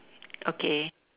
okay